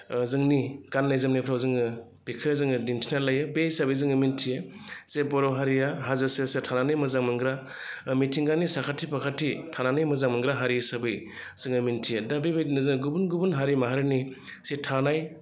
जोंनि गाननाय जोमनायफ्राव जोङो बेखो जोङो दिन्थिनानै लायो बे हिसाबै जोङो मोन्थियो जे बर' हारिया हाजो सेर सेर थानानै मोजां मोनग्रा मिथिंगानि साखाथि फाखाथि थानानै मोजां मोनग्रा हारि हिसाबै जोङो मोन्थियो दा बेबायदिनो जोङो गुबुन गुबुन हारि माहारिनि जि थानाय